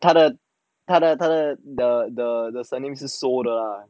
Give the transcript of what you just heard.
他的他的他的 the the the surname 是 soo 的 ah